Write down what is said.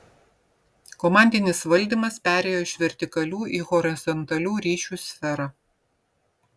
komandinis valdymas perėjo iš vertikalių į horizontalių ryšių sferą